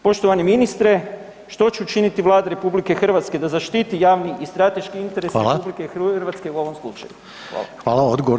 Poštovani ministre što će učiniti Vlada RH da zaštiti javni i strateški interes RH [[Upadica: Hvala.]] u ovom slučaju.